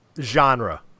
genre